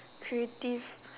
creative